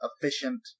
efficient